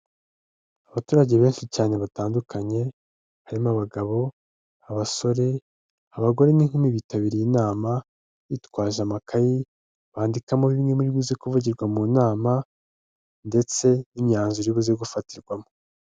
Abaturage benshi cyane batandukanye, harimo abagabo, abasore, abagore n'inkumi bitabiriye inama bitwaje amakayi bandikamo bimwe mu biri buze kuvugirwa mu nama, ndetse n'imyanzuro iri buze gufatirwamo.